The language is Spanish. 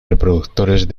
reproductores